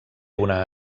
una